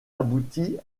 aboutit